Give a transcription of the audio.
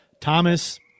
Thomas